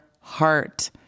heart